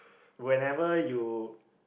whenever you